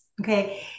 Okay